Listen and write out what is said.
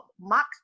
mock